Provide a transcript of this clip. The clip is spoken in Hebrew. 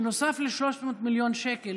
נוסף ל-300 מיליון שקל,